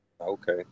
Okay